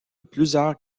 plusieurs